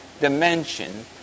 dimension